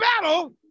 battle